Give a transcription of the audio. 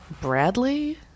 Bradley